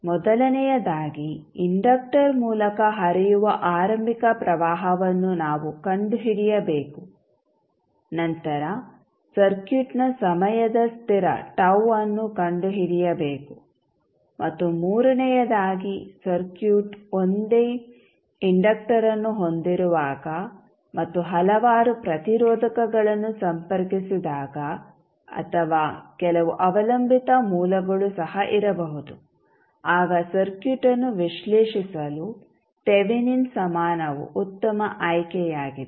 ಮೊದಲನೆಯದಾಗಿ ಇಂಡಕ್ಟರ್ ಮೂಲಕ ಹರಿಯುವ ಆರಂಭಿಕ ಪ್ರವಾಹವನ್ನು ನಾವು ಕಂಡುಹಿಡಿಯಬೇಕು ನಂತರ ಸರ್ಕ್ಯೂಟ್ನ ಸಮಯದ ಸ್ಥಿರ tau ಅನ್ನು ಕಂಡುಹಿಡಿಯಬೇಕು ಮತ್ತು ಮೂರನೆಯದಾಗಿ ಸರ್ಕ್ಯೂಟ್ ಒಂದೇ ಇಂಡಕ್ಟರ್ಅನ್ನು ಹೊಂದಿರುವಾಗ ಮತ್ತು ಹಲವಾರು ಪ್ರತಿರೋಧಕಗಳನ್ನು ಸಂಪರ್ಕಿಸಿದಾಗ ಅಥವಾ ಕೆಲವು ಅವಲಂಬಿತ ಮೂಲಗಳು ಸಹ ಇರಬಹುದು ಆಗ ಸರ್ಕ್ಯೂಟ್ಅನ್ನು ವಿಶ್ಲೇಷಿಸಲು ತೆವೆನಿನ್ ಸಮಾನವು ಉತ್ತಮ ಆಯ್ಕೆಯಾಗಿದೆ